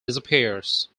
disappears